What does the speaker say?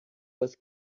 was